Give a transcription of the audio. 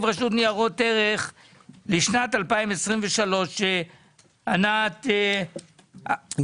רשות ניירות ערך לשנת 2023. ענת גואטה,